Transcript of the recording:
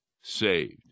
saved